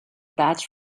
badge